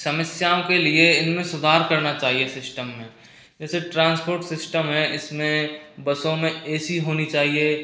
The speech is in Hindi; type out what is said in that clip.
समस्याओं के लिए इनमें सुधार करना चाहिए शिष्टम में जैसे ट्रांसपोर्ट सिस्टम है इसमें बसों में ए सी होनी चाहिए